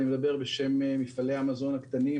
אני מדבר בשם מפעלי המזון הקטנים,